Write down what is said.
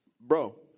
bro